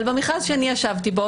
אבל במכרז שאני ישבתי בו,